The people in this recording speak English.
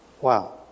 Wow